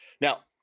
Now